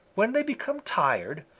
when they become tired,